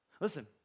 Listen